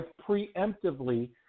preemptively